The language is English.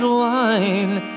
wine